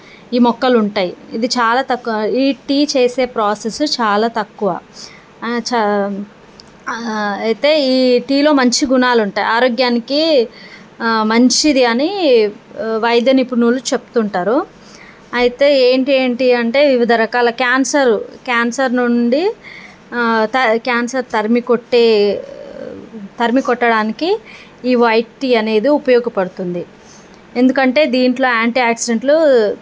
ఈ మొక్కలు ఉంటాయి ఇది చాలా తక్కువ ఈ టీ చేసే ప్రాసెస్ చాలా తక్కువ అని చా అయితే ఈ టీలో మంచి గుణాలు ఉంటాయి ఆరోగ్యానికి మంచిది అని వైద్య నిపుణులు చెప్తుంటారు అయితే ఏంటి ఏంటి అంటే వివిధ రకాల క్యాన్సర్ క్యాన్సర్ నుండి త క్యాన్సర్ తరిమి కొట్టే తరిమి కొట్టడానికి ఈ వైట్ టీ అనేది ఉపయోగపడుతుంది ఎందుకంటే దీంట్లో యాంటీ ఆక్సిడెంట్లు